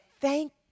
thank